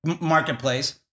marketplace